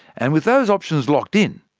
and with those options locked in,